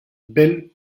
bell